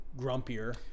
grumpier